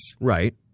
Right